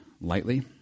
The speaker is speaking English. lightly